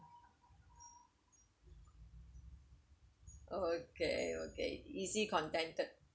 okay okay easy contented